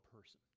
person